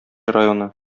районы